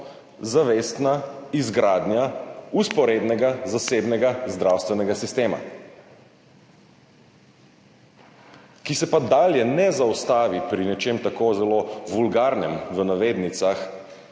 zavestna izgradnja vzporednega zasebnega zdravstvenega sistema, ki se pa dalje ne zaustavi pri nečem tako zelo »vulgarnem«, v navednicah,